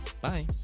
Bye